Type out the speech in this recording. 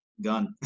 gun